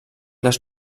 les